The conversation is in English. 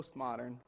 postmodern